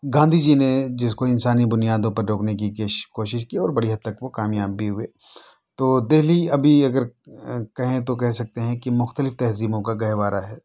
گاندھی جی نے جس کو انسانی بنیادوں پہ روکنے کی کوشش کی اور بڑی حد تک وہ کامیاب بھی ہوئے تو دہلی ابھی اگر کہیں تو کہہ سکتے ہیں کہ مختلف تہذیبوں کا گہوارہ ہے